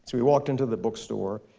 so we walked into the bookstore,